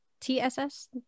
tss